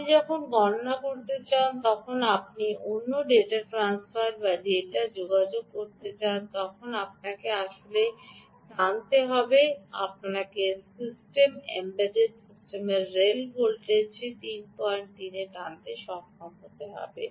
আপনি যখন গণনা করতে চান এবং যখন আপনি অন্যান্য ডেটা ট্রান্সফার বা ডেটা যোগাযোগ করতে চান তখন আপনাকে আসলে টানতে হবে আপনাকে সিস্টেম এমবেডেড সিস্টেমের রেল ভোল্টেজটি 33 এ টানতে সক্ষম হবে